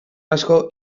asko